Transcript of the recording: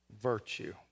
virtue